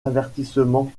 avertissement